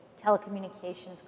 telecommunications